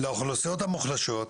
לאוכלוסיות המוחלשות,